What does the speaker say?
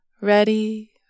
ready